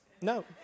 no